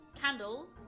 Candles